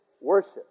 worship